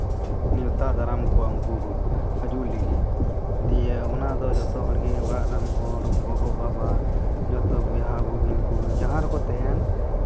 ᱱᱮᱶᱛᱟ ᱫᱟᱨᱟᱢ ᱠᱚᱣᱟ ᱩᱱᱠᱩ ᱦᱤᱡᱩᱜ ᱞᱟᱹᱜᱤᱫ ᱫᱤᱭᱮ ᱚᱱᱟ ᱫᱚ ᱡᱚᱛᱚ ᱦᱚᱲᱜᱮ ᱚᱲᱟᱜ ᱨᱮᱱ ᱦᱚᱲ ᱜᱚᱜᱚᱼᱵᱟᱵᱟ ᱡᱚᱛᱚ ᱵᱚᱭᱦᱟ ᱵᱩᱦᱤᱱ ᱠᱚ ᱡᱟᱦᱟᱸ ᱨᱮᱠᱚ ᱛᱟᱦᱮᱱ